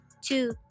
two